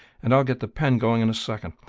and i'll get the pen going in a second.